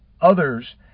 others